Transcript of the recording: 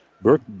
Burke